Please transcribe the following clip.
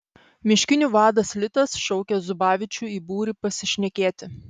miškinių vadas litas šaukia zubavičių į būrį pasišnekėti